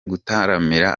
gutaramira